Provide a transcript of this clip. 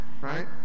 right